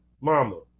Mama